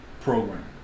program